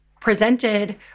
presented